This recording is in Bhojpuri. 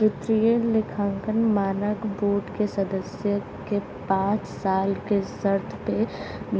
वित्तीय लेखांकन मानक बोर्ड के सदस्य के पांच साल के शर्त पे